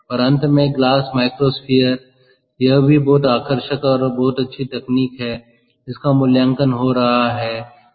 और अंत में ग्लास माइक्रोस्फीयर यह भी बहुत आकर्षक और बहुत अच्छी तकनीक है जिसका मूल्यांकन हो रहा है